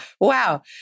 Wow